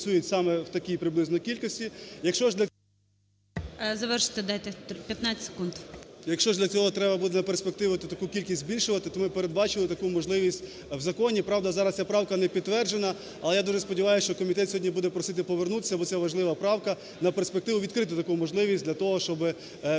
Завершити дайте, 15 секунд,